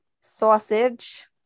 sausage